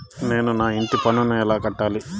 నేను నా ఇంటి పన్నును ఎలా కట్టాలి?